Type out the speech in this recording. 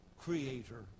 creator